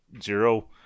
zero